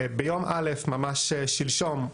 ביום א' ממש שלשום,